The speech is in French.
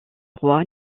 roi